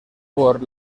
por